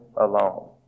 alone